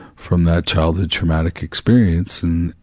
from that childhood traumatic experience and,